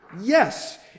Yes